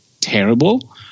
terrible